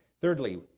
Thirdly